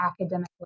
academic